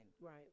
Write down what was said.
right